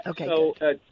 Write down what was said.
Okay